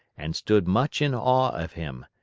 and stood much in awe of him.